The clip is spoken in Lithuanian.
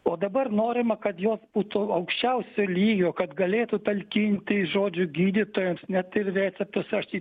o dabar norima kad jos būtų aukščiausio lygio kad galėtų talkinti žodžiu gydytojams net ir receptus rašyt